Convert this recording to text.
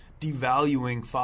devaluing